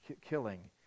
killing